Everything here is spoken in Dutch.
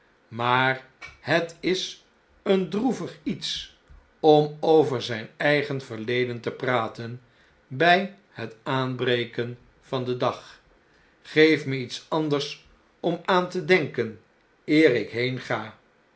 maar het is een droevig iets om over zh'n eigen verleden te praten bh hetaanbreken van den dag geef me iets anders om aan te denken eer ik